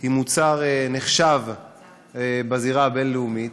היא מוצר נחשב בזירה הבין-לאומית,